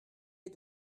est